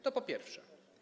To po pierwsze.